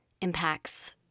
impacts